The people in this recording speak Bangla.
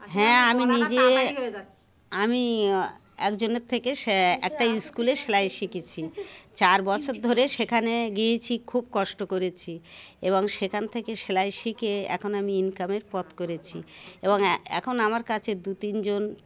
হ্যাঁ আমি নিজে আমি একজনের থেকে একটা স্কুলে সেলাই শিখেছি চার বছর ধরে সেখানে গিয়েছি খুব কষ্ট করেছি এবং সেখান থেকে সেলাই শিখে এখন আমি ইনকামের পথ করেছি এবং এখন আমার কাছে দু তিনজন